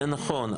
זה נכון.